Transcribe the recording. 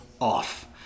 off